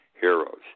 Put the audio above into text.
heroes